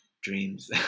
dreams